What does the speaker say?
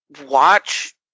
watch